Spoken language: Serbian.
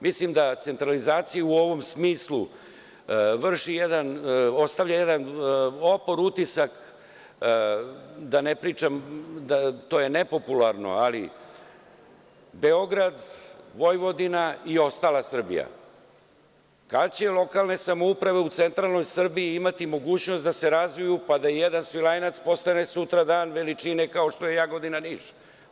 Mislim da centralizacija u ovom smislu ostavlja jedan opor utisak, da ne pričam, to je nepopularno, ali Beograd, Vojvodina i ostala Srbija, kada će lokalne samouprave u centralnoj Srbiji imati mogućnost da se razviju, pa da i jedan Svilajnac postane sutradan veličine kao što su Jagodina i Niš?